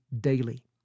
daily